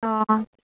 अ